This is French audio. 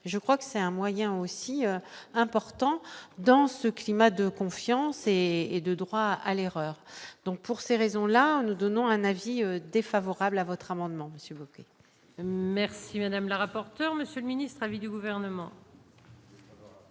je crois que c'est un moyen aussi important dans ce climat de confiance et et de droit à l'erreur, donc, pour ces raisons-là, nous donnons un avis défavorable à votre amendement Monsieur Bocquet. Merci madame la rapporteur, Monsieur le Ministre à vie du gouvernement.